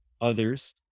others